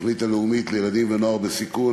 התוכנית הלאומית לילדים ונוער בסיכון,